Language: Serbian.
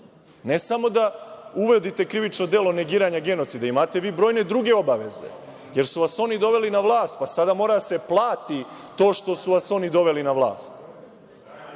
Ne samo da uvodite krivična dela – negiranje genocida. Imate vi brojne druge obaveze jer su vas oni doveli na vlast, pa sada mora da se plati to što su vas oni doveli na vlast.